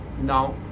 Now